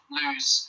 lose